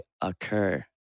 occur